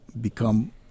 become